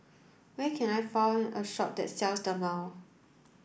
where can I find a shop that sells Dermale